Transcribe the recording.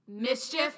mischief